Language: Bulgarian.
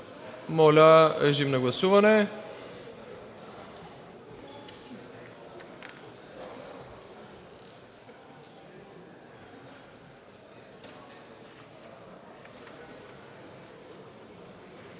Моля, режим на гласуване.